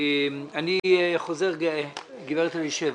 אני חוזר על העניין הזה, גברת אלישבע.